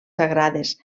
sagrades